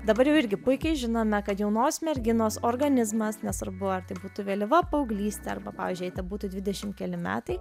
dabar jau irgi puikiai žinome kad jaunos merginos organizmas nesvarbu ar tai būtų vėlyva paauglystė arba pavyzdžiui jai tebūtų dvidešimt keli metai